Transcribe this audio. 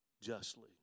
justly